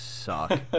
Suck